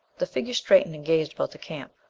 the figure straightened and gazed about the camp.